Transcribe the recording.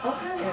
Okay